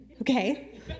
Okay